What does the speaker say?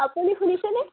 আপুনি শুনিছেনে